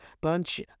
bunch